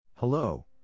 Hello